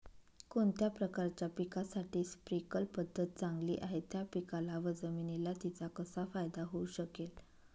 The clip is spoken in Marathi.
कोणत्या प्रकारच्या पिकासाठी स्प्रिंकल पद्धत चांगली आहे? त्या पिकाला व जमिनीला तिचा कसा फायदा होऊ शकेल?